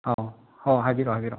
ꯑꯧ ꯍꯣꯏ ꯍꯥꯏꯕꯤꯔꯛꯑꯣ ꯍꯥꯏꯕꯤꯔꯛꯑꯣ